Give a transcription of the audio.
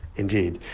indeed,